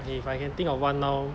if I can think of one now